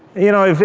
you know,